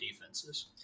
defenses